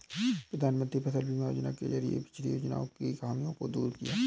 प्रधानमंत्री फसल बीमा योजना के जरिये पिछली योजनाओं की खामियों को दूर किया